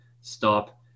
stop